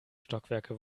stockwerke